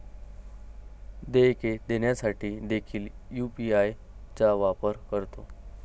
देयके देण्यासाठी देखील यू.पी.आय चा वापर करतो